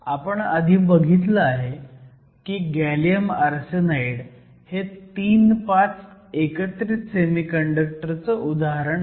आपण आधी बघितलं आहे की गॅलियम आर्सेनाईड हे 3 5 एकत्रित सेमीकंडक्टर चं उदाहरण आहे